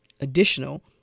additional